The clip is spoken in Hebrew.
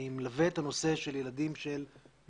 אני מלווה את הנושא של ילדים של מהגרי